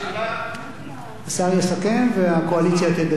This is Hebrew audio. השר יסכם, והקואליציה תדדה פנימה.